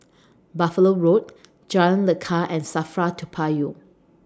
Buffalo Road Jalan Lekar and SAFRA Toa Payoh